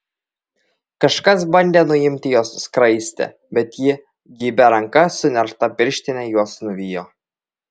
kažkas bandė nuimti jos skraistę bet ji geibia ranka su nerta pirštine juos nuvijo